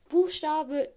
Buchstabe